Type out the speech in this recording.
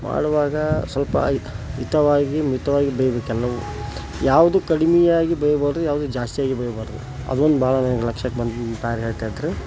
ಮಾಡುವಾಗ ಸ್ವಲ್ಪ ಹಿತವಾಗಿ ಮಿತವಾಗಿ ಬೇಯ್ಬೇಕು ಎಲ್ಲವನ್ನು ಯಾವುದೂ ಕಡಿಮೆಯಾಗಿ ಬೇಯಬಾರ್ದು ಯಾವುದೂ ಜಾಸ್ತಿಯಾಗಿ ಬೇಯಬಾರ್ದು ಅದೊಂದು ಭಾಳ ನಂಗೆ ಲಕ್ಷಕ್ಕೆ ಬಂತು ನಮ್ಮ ತಾಯರು ಹೇಳ್ತಾ ಇದ್ದರು